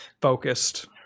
focused